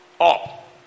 up